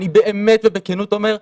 אני מודיעה לכם,